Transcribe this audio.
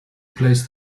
replace